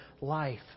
life